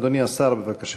אדוני השר, בבקשה.